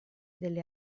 delle